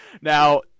Now